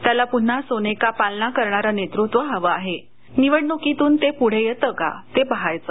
त्याला पुन्हा सोनेका पालना करणारं नेतृत्व हवं आहे निवडणुकीतून ते पुढे येतं का ते पाहायचं